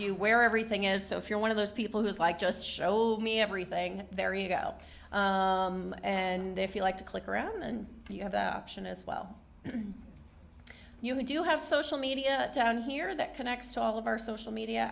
you where everything is so if you're one of those people who's like just show me everything very go and if you like to click around and you have the option as well you do have social media down here that connects to all of our social media